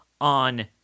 on